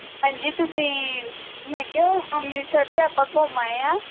ਹਾਂਜੀ ਤੁਸੀਂ ਮੈਂ ਕਿਹਾ ਅੰਮ੍ਰਿਤਸਰ ਤਾਂ ਆਪਾਂ ਘੁੰਮ ਆਏ ਹਾਂ